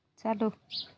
चालू